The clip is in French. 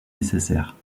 nécessaire